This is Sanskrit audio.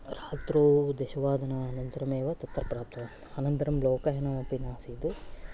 रात्रौ दशवादनानन्तरमेव तत्र प्राप्तवान् अनन्तरं लोकयानमपि नासीत्